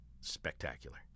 spectacular